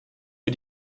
für